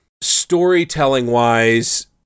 Storytelling-wise